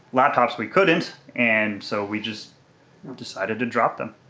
laptops we couldn't and so we just decided to drop them.